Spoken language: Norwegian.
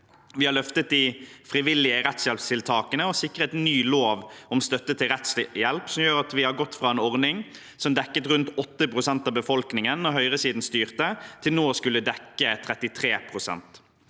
Vi har løftet de frivillige rettshjelptiltakene og sikret en ny lov om støtte til rettshjelp, som gjør at vi har gått fra en ordning som dekket rundt 8 pst. av befolkningen da høyresiden styrte, til nå å skulle dekke 33 pst.